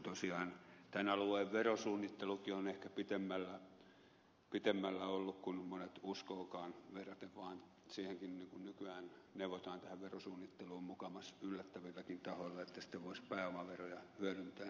tosiaan tämän alueen verosuunnittelukin on ehkä pitemmällä ollut kuin monet uskovatkaan verraten vaan siihenkin kun nykyään neuvotaan tähän verosuunnitteluun mukamas yllättävilläkin tahoilla että sitten voisi pääomaveroja hyödyntää